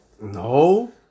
No